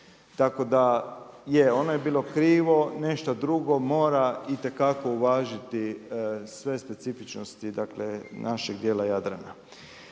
Tako da je ono je bilo krivo, nešto drugo mora itekako uvažiti sve specifičnosti našeg dijela Jadrana.